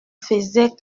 faisait